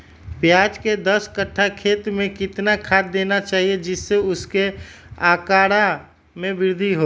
प्याज के दस कठ्ठा खेत में कितना खाद देना चाहिए जिससे उसके आंकड़ा में वृद्धि हो?